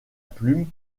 plume